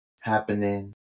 happening